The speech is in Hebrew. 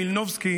בדיוק.